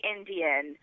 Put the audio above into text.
Indian